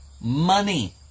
money